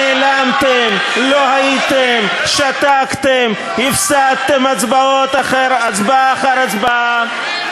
נעלמתם, לא הייתם, שתקתם, הפסדתם הצבעה אחר הצבעה.